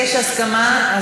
יש הסכמה.